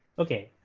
okay.